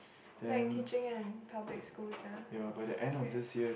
like teaching in public schools ah okay